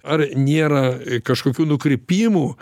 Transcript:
ar nėra kažkokių nukrypimų